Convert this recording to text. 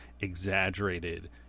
exaggerated